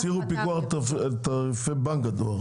הסירו פיקוח על תעריפי בנק הדואר.